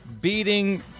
beating